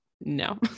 no